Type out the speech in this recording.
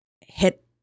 hit